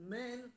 men